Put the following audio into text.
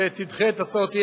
ותדחה את הצעות האי-אמון.